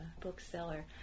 bookseller